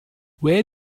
where